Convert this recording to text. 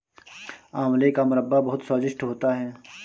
आंवले का मुरब्बा बहुत स्वादिष्ट होता है